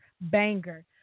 banger